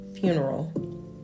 funeral